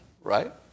right